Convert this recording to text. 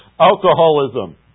Alcoholism